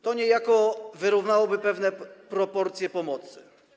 To niejako wyrównałoby pewne proporcje pomocy.